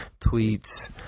tweets